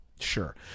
sure